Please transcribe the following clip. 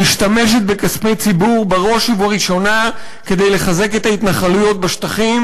משתמשת בכספי ציבור בראש ובראשונה כדי לחזק את ההתנחלויות בשטחים